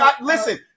Listen